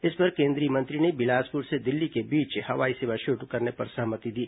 इस पर केंद्रीय मंत्री ने बिलासपुर से दिल्ली के बीच हवाई सेवा शुरू करने पर सहमति दी